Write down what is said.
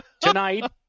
tonight